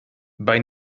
bei